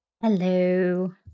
Hello